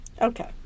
okay